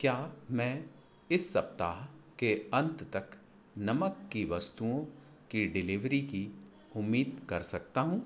क्या मैं इस सप्ताह के अंत तक नमक की वस्तुओं की डिलिवरी की उम्मीद कर सकता हूँ